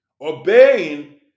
Obeying